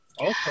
Okay